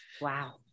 Wow